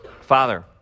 Father